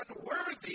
unworthy